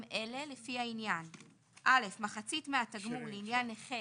אלה לפי העניין; (א) מחצית מהתגמול לעניין נכה